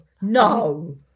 No